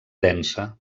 densa